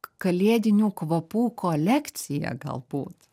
kalėdinių kvapų kolekcija galbūt